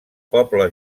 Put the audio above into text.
poble